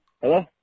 Hello